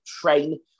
train